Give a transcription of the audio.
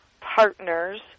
Partners